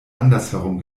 andersherum